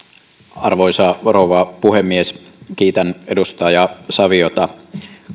arvoisa rouva puhemies kiitän edustaja saviota